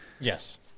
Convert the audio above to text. yes